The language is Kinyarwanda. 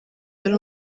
yari